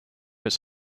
its